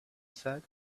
said